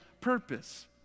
purpose